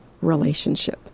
relationship